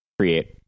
create